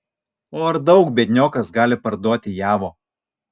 o ar daug biedniokas gali parduoti javo